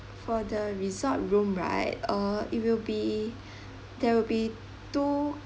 for the resort room right uh it will be there'll be two